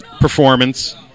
performance